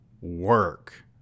work